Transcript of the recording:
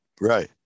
Right